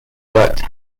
worked